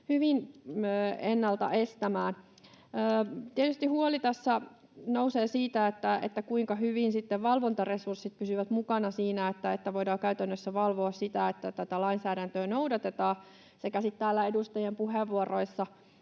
hyvin ennalta estämään. Tietysti huoli tässä nousee siitä, kuinka hyvin sitten valvontaresurssit pysyvät mukana siinä, että voidaan käytännössä valvoa sitä, että tätä lainsäädäntöä noudatetaan. Sekä sitten täällä edustajien puheenvuoroissa